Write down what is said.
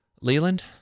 Leland